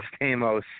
Stamos